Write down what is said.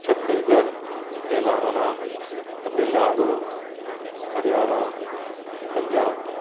Chhattisgarh Telangana Tamil Nadu Haryana Punjab